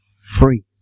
Free